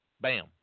Bam